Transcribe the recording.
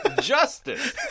justice